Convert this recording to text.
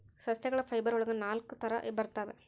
ಸಸ್ಯಗಳ ಫೈಬರ್ ಒಳಗ ನಾಲಕ್ಕು ತರ ಬರ್ತವೆ